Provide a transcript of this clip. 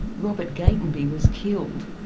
robert gatenby was killed.